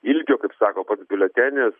ilgio kaip sako pats biuletenis